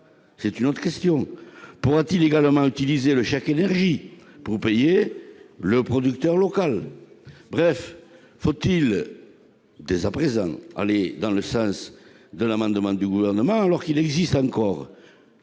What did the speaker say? C'est une autre question. Pourra-t-il utiliser le chèque énergie pour payer le producteur local ? Bref, faut-il dès à présent aller dans le sens de l'amendement du Gouvernement alors qu'il existe peu